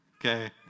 Okay